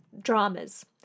dramas